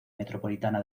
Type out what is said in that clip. metropolitana